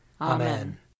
Amen